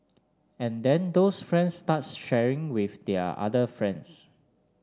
and then those friends start sharing with their other friends